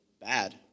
bad